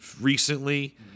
recently